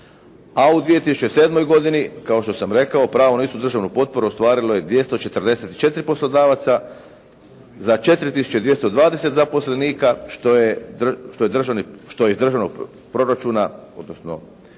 a u 2007. godini kao što sam rekao pravo na istu državnu potporu ostvarilo je 244 poslodavaca za 4 tisuće 220 zaposlenika što iz državnog proračuna, odnosno